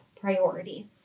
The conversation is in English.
priority